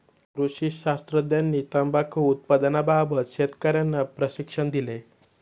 कृषी शास्त्रज्ञांनी तंबाखू उत्पादनाबाबत शेतकर्यांना प्रशिक्षण दिले